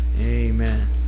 Amen